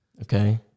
Okay